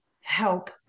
help